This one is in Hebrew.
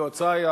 יועצי,